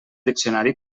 diccionari